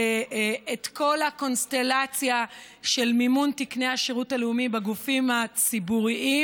את כל הקונסטלציה של מימון תקני השירות הלאומי בגופים הציבוריים,